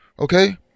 Okay